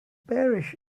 parish